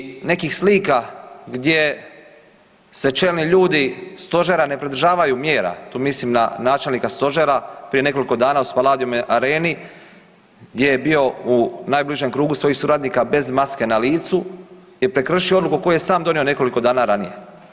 Sjetimo se i nekih slika gdje se čelni ljudi stožera ne pridržavaju mjera, tu mislim na načelnika stožera, prije nekoliko dana u Spaladium areni gdje je bio u najbližem krugu svojih suradnika bez maske na licu je prekršio odluku koju je sam donio nekoliko dana ranije.